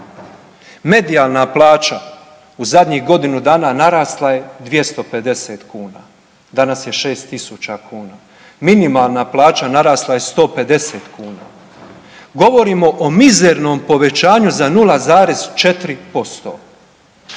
Medijalna plaća u zadnjih godinu dana narasla je 250 kuna. Danas je 6000. Minimalna plaća narasla je 150 kuna. Govorimo o mizernom povećanju za 0,4%.